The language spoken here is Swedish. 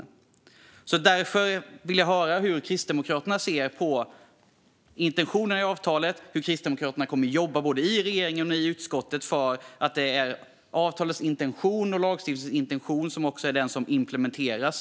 Jag vill därför höra hur Kristdemokraterna ser på intentionerna i avtalet och hur Kristdemokraterna kommer att jobba både i regeringen och i utskottet för att avtalets och lagstiftningens intention ska implementeras.